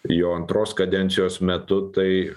jo antros kadencijos metu tai